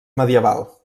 medieval